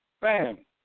Bam